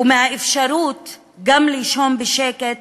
וגם מהאפשרות לישון בשקט,